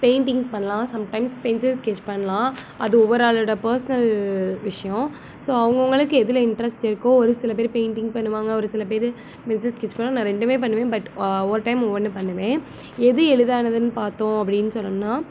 painting பண்ணலாம் some times pencil sketch பண்ணலாம் அது ஒவ்வொரு ஆளோடய பர்சனல் விஷயம் ஸோ அவுங்கவங்களுக்கு எதில் இன்ட்ரெஸ்ட் இருக்கோ ஒரு சில பேர் பெயிண்டிங் பண்ணுவாங்க ஒரு சில பேர் பென்சில் ஸ்கெட்ச் பண்ணுவாங்க நான் ரெண்டுமே பண்ணுவேன் பட் ஒவ்வொரு டைம் ஒவ்வொன்று பண்ணுவேன் எது எளிதானதுன்னு பார்த்தோம் அப்படின்னு சொல்லணுன்னால்